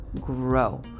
grow